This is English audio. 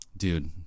Dude